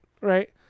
Right